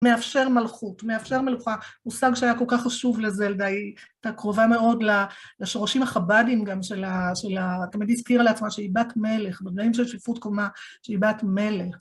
מאפשר מלכות, מאפשר מלוכה, מושג שהיה כל כך חשוב לזלדה היא קרובה מאוד לשורשים החבדים גם של ה... תמיד הזכירה לעצמה שהיא בת מלך, בדברים של שפרות קומה, שהיא בת מלך.